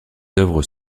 œuvres